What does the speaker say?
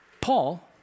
Paul